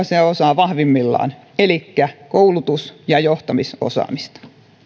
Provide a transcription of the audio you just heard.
se osaa vahvimmillaan elikkä koulutus ja johtamisosaamista